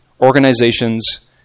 organizations